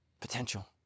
Potential